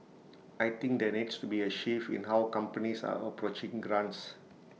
I think there needs to be A shift in how companies are approaching grants